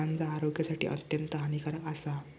गांजा आरोग्यासाठी अत्यंत हानिकारक आसा